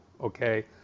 okay